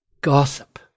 gossip